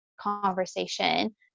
conversation